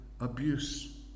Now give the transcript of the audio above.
abuse